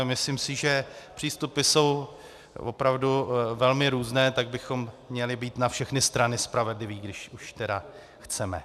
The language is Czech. Myslím si, že přístupy jsou opravdu velmi různé, tak bychom měli být na všechny strany spravedliví, když už tedy chceme.